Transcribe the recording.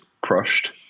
crushed